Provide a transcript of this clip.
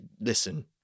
Listen